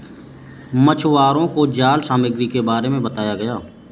मछुवारों को जाल सामग्री के बारे में बताया गया